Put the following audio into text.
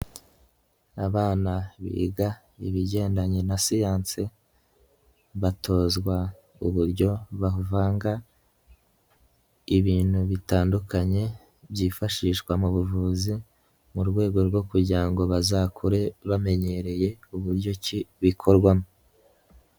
Abana biga ibigendanye na siyansi, batozwa uburyo bavanga ibintu bitandukanye, byifashishwa mu buvuzi, mu rwego rwo kugira ngo bazakure bamenyereye uburyo ki bikorwamo.